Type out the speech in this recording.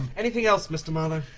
anything else, mr marlowe?